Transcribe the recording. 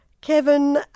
Kevin